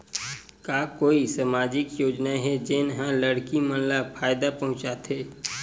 का कोई समाजिक योजना हे, जेन हा लड़की मन ला फायदा पहुंचाथे?